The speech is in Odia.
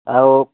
ଆଉ